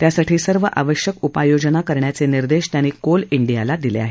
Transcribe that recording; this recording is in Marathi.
त्यासाठी सर्व आवश्यक उपाययोजना करण्याचे निर्देश त्यांनी कोल इंडियाला दिले आहेत